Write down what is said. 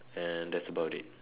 and that's about it